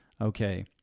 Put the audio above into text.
okay